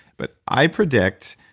but i predict,